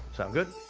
sound good?